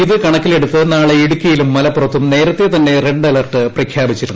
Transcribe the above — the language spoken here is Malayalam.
ഇത് കണക്കിലെടുത്ത് നാളെ ഇടുക്കിയിലും മലപ്പുറത്തും നേരത്തെ തന്നെ റെഡ് അലർട്ട് പ്രഖ്യാപിച്ചിരുന്നു